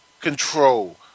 control